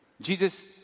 Jesus